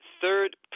third